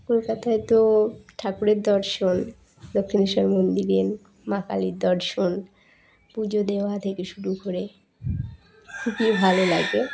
কলকাতায় তো ঠাকুরের দর্শন দক্ষিণেশ্বর মন্দিরের মা কালীর দর্শন পুজো দেওয়া থেকে শুরু করে খুবই ভালো লাগে